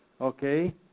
Okay